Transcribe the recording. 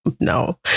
no